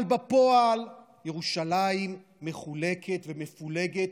אבל בפועל ירושלים מחולקת ומפולגת,